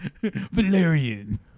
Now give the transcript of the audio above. Valerian